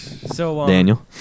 Daniel